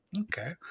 okay